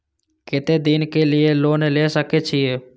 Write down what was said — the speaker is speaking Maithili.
केते दिन के लिए लोन ले सके छिए?